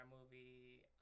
movie